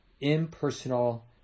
impersonal